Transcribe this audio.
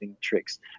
tricks